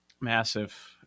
massive